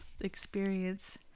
experience